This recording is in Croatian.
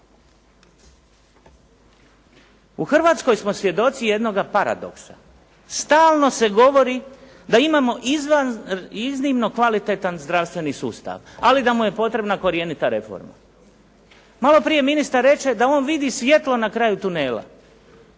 U Hrvatskoj smo svjedoci jednoga paradoksa. Stalno se govori da ima iznimno kvalitetan zdravstveni sustav, ali da mu je potrebna korjenita reforma. Maloprije ministar reče da on vidi svjetlo na kraju tunela.